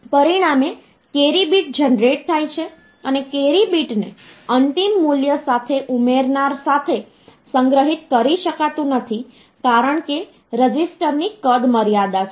પરિણામે carry bit generate થાય છે અને કેરી બીટને અંતિમ મૂલ્ય સાથે ઉમેરનાર સાથે સંગ્રહિત કરી શકાતું નથી કારણ કે રજીસ્ટરની કદ મર્યાદા છે